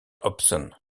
hobson